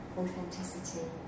authenticity